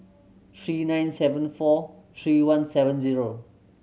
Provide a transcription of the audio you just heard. three nine seven four three one seven zero